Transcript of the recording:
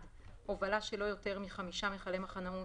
הובלה של לא יותר מחמישה מכלי מחנאות